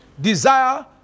desire